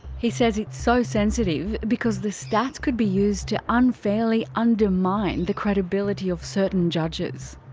he says it's so sensitive because the stats could be used to unfairly undermine the credibility of certain judges.